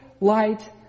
light